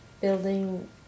building